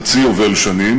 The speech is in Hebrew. חצי יובל שנים,